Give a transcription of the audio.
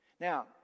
Now